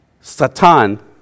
Satan